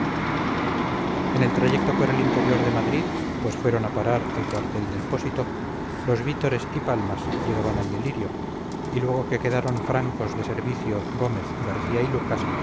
en el trayecto por el interior de madrid pues fueron a parar al cuartel del pósito los vítores y palmas llegaban al delirio y luego que quedaron francos de servicio gómez garcía y lucas